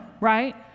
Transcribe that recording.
right